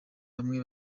bamwe